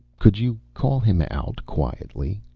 could you call him out quietly?